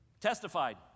testified